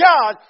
God